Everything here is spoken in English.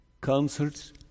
concerts